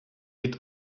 під